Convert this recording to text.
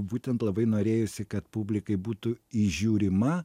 būtent labai norėjosi kad publikai būtų įžiūrima